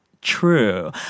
true